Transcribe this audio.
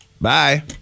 Bye